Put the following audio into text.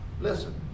Listen